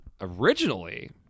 Originally